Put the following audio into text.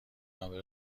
نامه